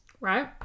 Right